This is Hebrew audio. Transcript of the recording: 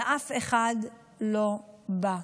אבל אף אחד לא בא.